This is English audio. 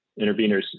interveners